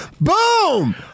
Boom